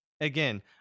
Again